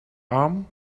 arm